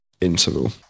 interval